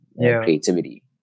creativity